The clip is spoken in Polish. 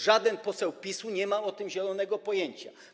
Żaden poseł PiS-u nie ma o tym zielonego pojęcia.